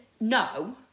no